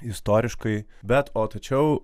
istoriškai bet o tačiau